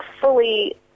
fully